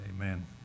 Amen